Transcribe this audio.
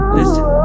Listen